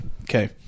Okay